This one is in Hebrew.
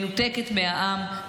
מנותקת מהעם,